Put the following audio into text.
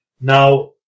Now